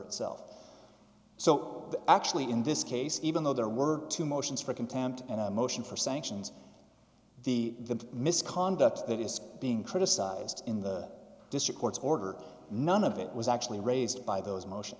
itself so that actually in this case even though there were two motions for contempt and a motion for sanctions the the misconduct that is being criticized in the district court's order none of it was actually raised by those motion